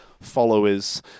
followers